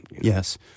Yes